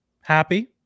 happy